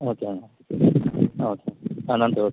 ஓகேங்களா ஆ ஓகே ஆ நன்றி ஓக்